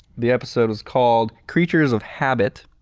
the episode was called creatures of habit,